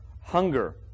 hunger